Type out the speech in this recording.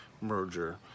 merger